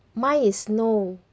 mine is no